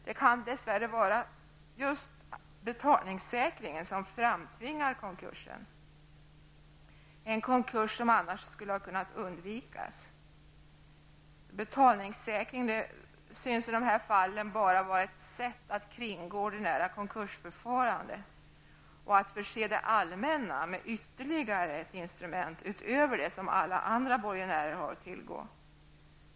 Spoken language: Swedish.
Det kan dess värre vara just betalningssäkringen som framtvingar en konkurs, vilken annars skulle ha kunnat undvikas. Betalningssäkring synes i dessa fall bara vara ett sätt att kringgå det ordinära konkursförfarandet och att förse det allmänna med ytterligare ett instrument utöver det som alla andra borgenärer har att tillgå.